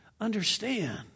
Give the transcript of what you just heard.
understand